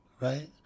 right